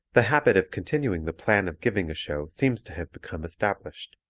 the habit of continuing the plan of giving a show seems to have become established,